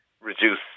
reduce